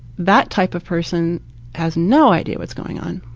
that type of person has no idea what's going on.